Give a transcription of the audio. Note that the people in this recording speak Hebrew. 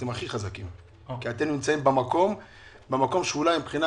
אתם הכי חזקים כי אתם במקום שאולי מבחינה